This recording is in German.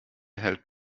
erhält